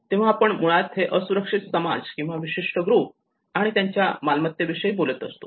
तेव्हा आपण मुळात हे असुरक्षित समाज किंवा विशिष्ट ग्रुप आणि त्यांच्या मालमत्तेविषयी बोलत असतो